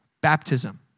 baptism